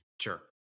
Sure